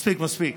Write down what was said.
מספיק, מספיק,